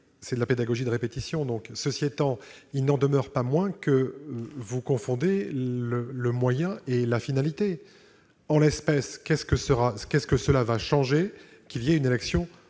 C'est donc de la pédagogie de répétition ! Il n'en demeure pas moins que vous confondez le moyen et la finalité. En l'espèce, qu'est-ce que le fait qu'il y ait une élection